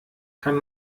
kann